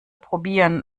probieren